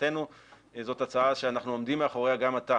מבחינתנו זאת הצעה שאנחנו עומדים מאחוריה גם עתה.